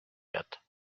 yet